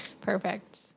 Perfect